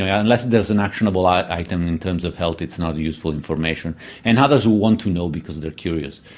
ah unless there's an actionable ah item in terms of health it's not useful information and others who want to know because they're curious.